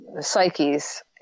psyches –